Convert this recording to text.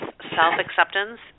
self-acceptance